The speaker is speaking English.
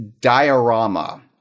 diorama